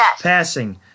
passing